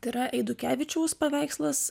tai yra eidukevičiaus paveikslas